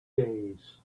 days